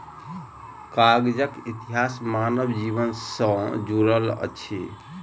कागजक इतिहास मानव जीवन सॅ जुड़ल अछि